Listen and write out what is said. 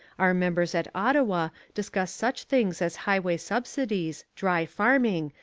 our members at ottawa discuss such things as highway subsidies, dry farming,